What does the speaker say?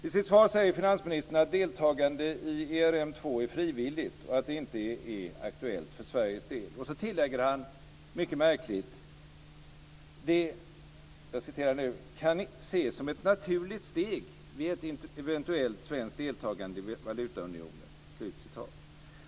I sitt svar säger finansministern att deltagande i ERM2 är frivilligt och att det inte är aktuellt för Sveriges del, och så tillägger han, mycket märkligt, att det kan ses som ett naturligt steg vid ett eventuellt svenskt deltagande i valutaunionen.